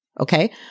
okay